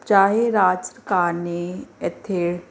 ਚਾਹੇ ਰਾਜ ਸਰਕਾਰ ਨੇ ਇੱਥੇ